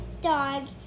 dog